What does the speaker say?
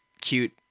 cute